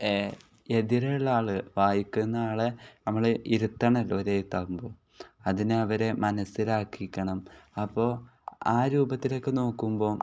എതിരുള്ള ആൾ വായിക്കുന്ന ആളെ നമ്മൾ ഇരുത്തണമല്ലോ ഒരു എഴുത്താകുമ്പോൾ അതിനവരെ മനസ്സിലാക്കിക്കണം അപ്പോൾ ആ രൂപത്തിലൊക്കെ നോക്കുമ്പോൾ